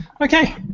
okay